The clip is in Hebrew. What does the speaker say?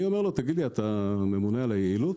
אני אומר לו: אתה ממונה על היעילות?